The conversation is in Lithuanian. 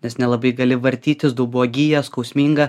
nes nelabai gali vartytis dubuo gija skausminga